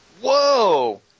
whoa